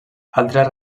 altres